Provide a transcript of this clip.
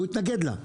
הוא התנגד לה.